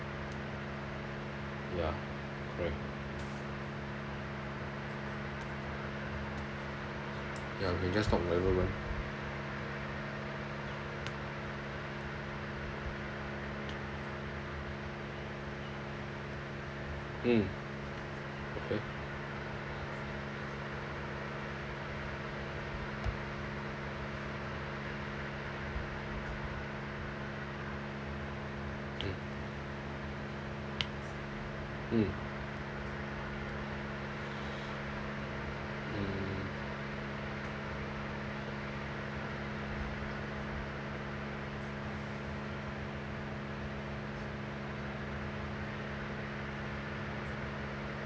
ya correct ya we can just talk whatever we want mm okay mm mm